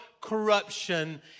corruption